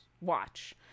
watch